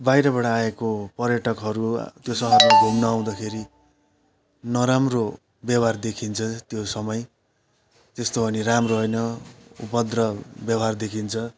बाहिरबाट आएको पर्यटकहरू त्यो सहरमा घुम्न आउँदाखेरि नराम्रो व्यवहार देखिन्छ त्यो समय त्यस्तो अनि राम्रो होइन उपद्रव व्यवहार देखिन्छ